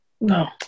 No